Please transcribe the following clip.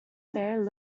bare